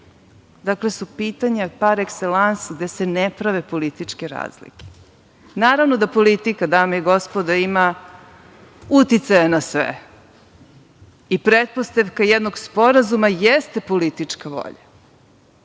su pitanja par ekselans gde se ne prave političke razlike. Naravno da politika, dame i gospodo, ima uticaja na sve i pretpostavka jednog sporazuma jeste politička volja.